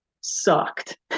sucked